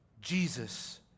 Jesus